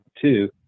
two